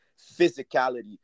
physicality